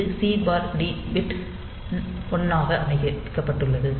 இது C D pin 1 ஆக அமைக்கப்பட்டுள்ளது